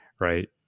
right